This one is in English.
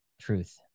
Truth